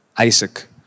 Isaac